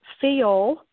feel